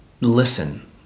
listen